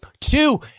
two